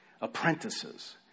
Apprentices